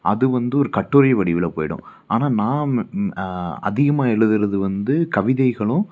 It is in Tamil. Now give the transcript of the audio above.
அது வந்து ஒரு கட்டுரை வடிவில் போயிடும் ஆனால் நாம் அதிகமாக எழுதுகிறது வந்து கவிதைகளும்